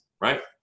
right